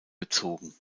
gezogen